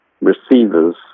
receivers